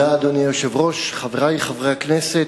אדוני היושב-ראש, תודה, חברי חברי הכנסת,